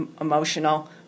emotional